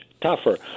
tougher